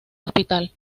hospital